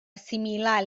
assimilar